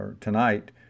tonight